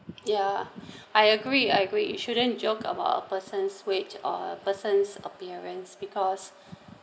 yeah I agree I agree you shouldn't joke about a person's weight or persons appearance because